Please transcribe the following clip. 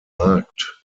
markt